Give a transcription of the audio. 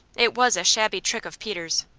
it was a shabby trick of peters.